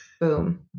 boom